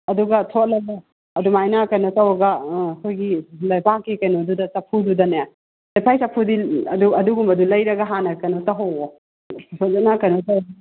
ꯑꯗꯨꯒ ꯊꯣꯠꯂꯒ ꯑꯗꯨꯃꯥꯏꯅ ꯀꯩꯅꯣ ꯇꯧꯔꯒ ꯑꯩꯈꯣꯏꯒꯤ ꯂꯩꯄꯥꯛꯀꯤ ꯀꯩꯅꯣꯗꯨꯗ ꯆꯐꯨꯗꯨꯗꯅꯦ ꯂꯩꯄꯥꯛꯀꯤ ꯆꯐꯨꯗꯤ ꯑꯗꯨꯝ ꯑꯗꯨꯒꯨꯝꯕꯗꯨ ꯂꯩꯔꯒ ꯍꯥꯟꯅ ꯀꯩꯅꯣ ꯇꯧꯍꯧꯑꯣ ꯐꯖꯅ ꯀꯩꯅꯣ ꯇꯧꯔꯒ